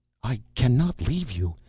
i cannot leave you!